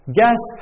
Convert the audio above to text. guess